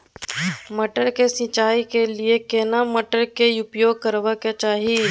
मटर के सिंचाई के लिये केना मोटर उपयोग करबा के चाही?